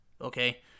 okay